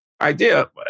idea